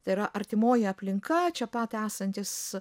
tai yra artimoji aplinka čia pat esantys